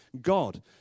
God